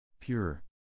Pure